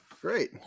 Great